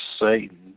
Satan